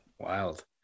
wild